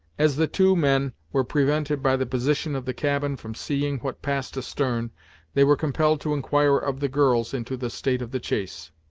as the two men were prevented by the position of the cabin from seeing what passed astern, they were compelled to inquire of the girls into the state of the chase.